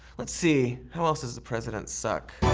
let's see, how else does the president suck.